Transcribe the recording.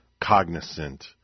cognizant